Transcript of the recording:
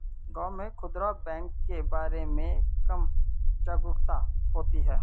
गांव में खूदरा बैंक के बारे में कम जागरूकता होती है